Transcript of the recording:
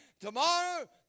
tomorrow